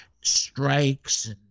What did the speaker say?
strikes